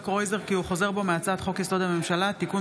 קרויזר כי הוא חוזר בו מהצעת חוק-יסוד: הממשלה (תיקון,